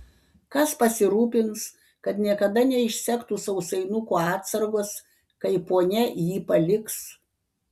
kas pasirūpins kad niekada neišsektų sausainukų atsargos kai ponia jį paliks